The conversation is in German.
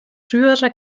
früherer